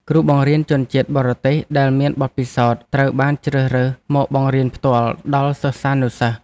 គ្រូបង្រៀនជនជាតិបរទេសដែលមានបទពិសោធន៍ត្រូវបានជ្រើសរើសមកបង្រៀនផ្ទាល់ដល់សិស្សានុសិស្ស។